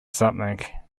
something